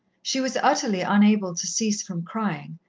she was utterly unable to cease from crying,